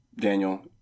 Daniel